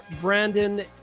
Brandon